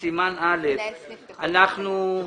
1 אושר.